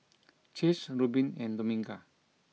Chase Reubin and Dominga